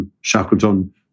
Shackleton